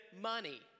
money